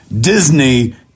Disney